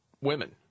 women